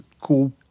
cool